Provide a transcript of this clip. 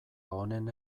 honen